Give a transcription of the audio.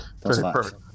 perfect